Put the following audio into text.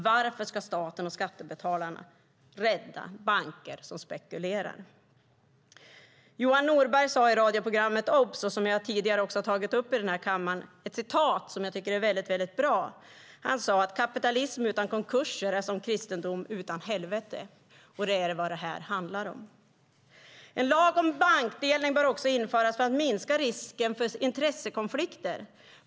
Varför ska staten och skattebetalarna rädda banker som spekulerar? Johan Norberg sade i radioprogrammet OBS något väldigt bra som jag tidigare tagit upp i kammaren. Han sade att kapitalism utan konkurser är som kristendom utan helvete, och det är vad detta handlar om. En lag om bankdelning bör införas för att också minska risken för intressekonflikter.